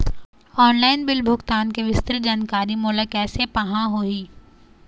Online bill भुगतान के विस्तृत जानकारी मोला कैसे पाहां होही?